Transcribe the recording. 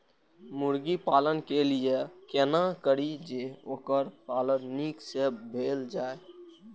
मुर्गी पालन के लिए केना करी जे वोकर पालन नीक से भेल जाय?